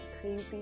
Crazy